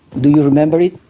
do you remember it?